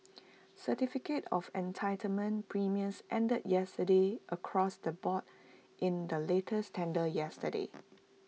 certificate of entitlement premiums ended yesterday across the board in the latest tender yesterday